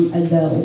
ago